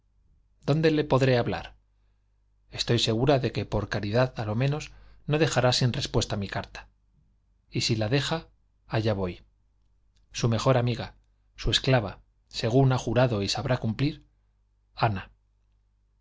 dónde le podré hablar estoy segura de que por caridad a lo menos no dejará sin respuesta mi carta y si la deja allá voy su mejor amiga su esclava según ha jurado y sabrá cumplir ana